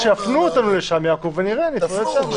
שיפנו אותנו לשם ונראה שם.